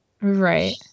right